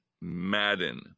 Madden